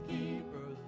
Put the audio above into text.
Keeper